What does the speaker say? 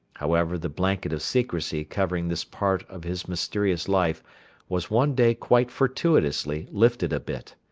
however, the blanket of secrecy covering this part of his mysterious life was one day quite fortuitously lifted a bit.